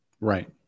Right